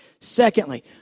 Secondly